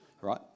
right